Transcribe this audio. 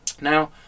Now